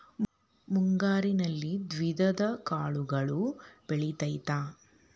ಮುಂಗಾರಿನಲ್ಲಿ ದ್ವಿದಳ ಕಾಳುಗಳು ಬೆಳೆತೈತಾ?